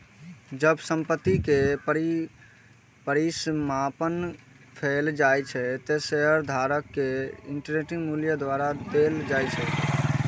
जब संपत्ति के परिसमापन कैल जाइ छै, ते शेयरधारक कें इक्विटी मूल्य घुरा देल जाइ छै